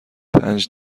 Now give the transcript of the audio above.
پنج